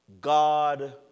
God